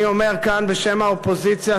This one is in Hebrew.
אני אומר כאן בשם האופוזיציה,